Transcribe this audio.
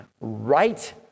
right